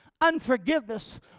unforgiveness